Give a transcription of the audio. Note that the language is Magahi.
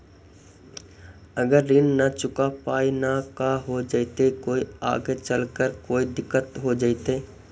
अगर ऋण न चुका पाई न का हो जयती, कोई आगे चलकर कोई दिलत हो जयती?